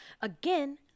Again